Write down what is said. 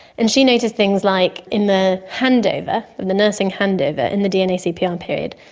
and she noticed things like in the handover, in the nursing handover in the dnacpr period,